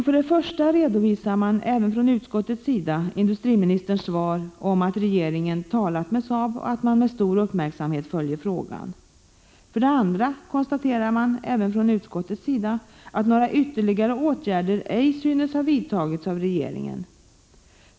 För det första redovisas även från utskottets sida industriministerns svar om att regeringen talat med Saab och med stor uppmärksamhet följer frågan. För det andra konstaterar även utskottet att några ytterligare åtgärder ej synes ha vidtagits av regeringen.